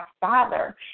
father